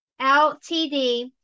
LTD